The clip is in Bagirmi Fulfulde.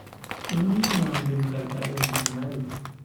Do numtina am limngaal padeeji mi mari.